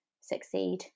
succeed